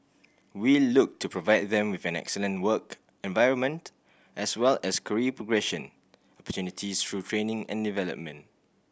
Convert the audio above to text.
we look to provide them with an excellent work environment as well as career progression opportunities through training and development